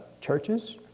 churches